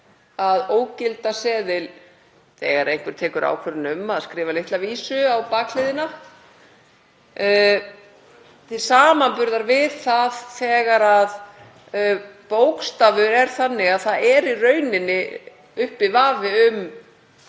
að ógilda seðil þegar einhver tekur ákvörðun um að skrifa litla vísu á bakhliðina til samanburðar við það þegar bókstafur er þannig að það er í rauninni uppi vafi um